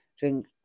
drink